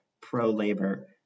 pro-labor